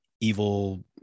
evil